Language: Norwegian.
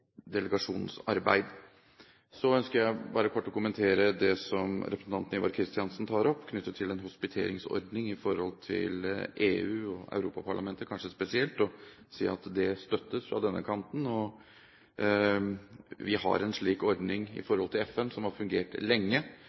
Så ønsker jeg kort å kommentere det som representanten Ivar Kristiansen tar opp, knyttet til en hospiteringsordning i forhold i EU, og kanskje Europaparlamentet spesielt, og si at det støttes fra denne kanten. Vi har en slik ordning i FN som har fungert lenge.